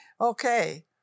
okay